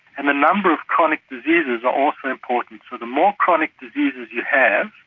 and the number of chronic diseases are also important, so the more chronic diseases you have,